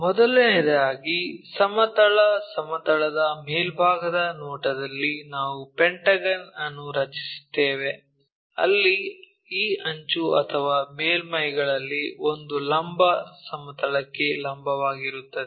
ಮೊದಲನೆಯದಾಗಿ ಸಮತಲ ಸಮತಲದ ಮೇಲ್ಭಾಗದ ನೋಟದಲ್ಲಿ ನಾವು ಪೆಂಟಗನ್ ಅನ್ನು ರಚಿಸುತ್ತೇವೆ ಅಲ್ಲಿ ಈ ಅಂಚು ಅಥವಾ ಮೇಲ್ಮೈಗಳಲ್ಲಿ ಒಂದು ಲಂಬ ಸಮತಲಕ್ಕೆ ಲಂಬವಾಗಿರುತ್ತದೆ